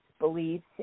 beliefs